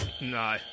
No